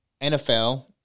NFL